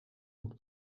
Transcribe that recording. moet